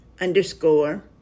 underscore